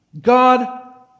God